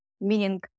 meaning